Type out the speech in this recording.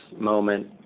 moment